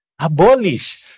Abolish